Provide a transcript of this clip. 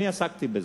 אני עסקתי בזה.